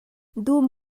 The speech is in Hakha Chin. dum